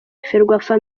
ferwafa